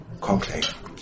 conclave